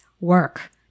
work